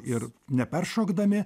ir neperšokdami